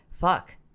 Fuck